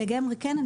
לגמרי כן.